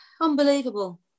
Unbelievable